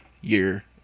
year